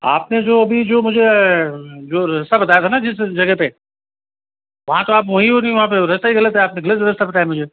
आपने जो अभी जो मुझे जो रास्ता बताया था न जिस जगह पर वहाँ तो आप वहीं हो नहीं वहाँ पर रास्ता ही गलत है आपने गलत रास्ता बताया है मुझे